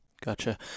Gotcha